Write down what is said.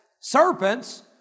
serpents